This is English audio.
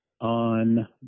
on